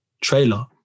trailer